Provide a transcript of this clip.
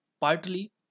partly